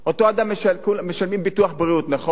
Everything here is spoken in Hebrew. אותו אדם, כולם משלמים ביטוח בריאות, נכון?